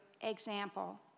example